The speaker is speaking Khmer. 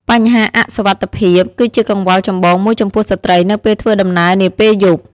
បញ្ហាអសុវត្ថិភាពគឺជាកង្វល់ចម្បងមួយចំពោះស្ត្រីនៅពេលធ្វើដំណើរនាពេលយប់។